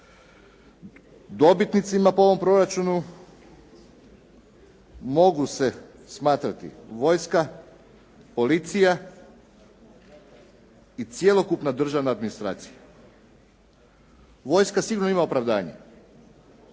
Dobitnicima po ovom proračunu mogu se smatrati vojska, policija i cjelokupna državna administracija. Vojska sigurno ima opravdanje.